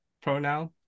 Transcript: pronoun